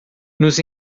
nos